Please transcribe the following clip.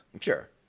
Sure